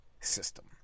system